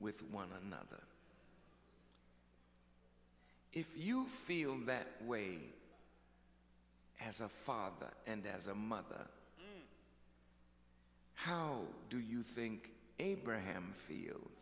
with one another if you feel that way as a father and as a mother how do you think abraham feel